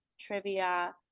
trivia